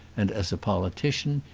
and, as a politician,